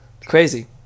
crazy